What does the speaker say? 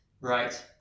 Right